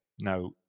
now